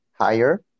higher